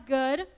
good